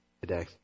today